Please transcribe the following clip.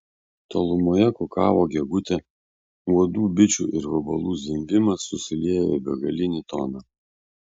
tolumoje kukavo gegutė uodų bičių ir vabalų zvimbimas susiliejo į begalinį toną